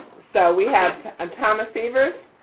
so we have two i'm thomas sievers.